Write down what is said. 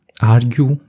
argue